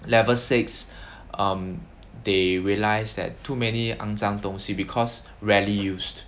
levels six um they realise that too many 肮脏东西 because rarely used